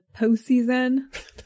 postseason